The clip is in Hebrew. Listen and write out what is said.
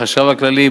החשב הכללי,